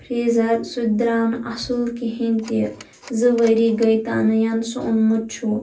freezer سُہ تہِ درٛاو نہٕ اصٕل کِہیٖنۍ تہِ زٕ ؤری گٔے تَنہٕ یَنہٕ سُہ اوٚنمُت چھُ